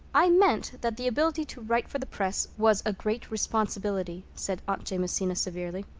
i meant that the ability to write for the press was a great responsibility, said aunt jamesina severely,